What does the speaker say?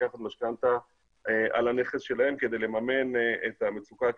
לקחת משכנתה על הנכס שלהם כדי לממן את המצוקה הכלכלית.